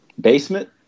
basement